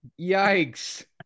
Yikes